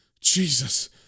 Jesus